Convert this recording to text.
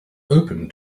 open